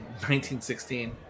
1916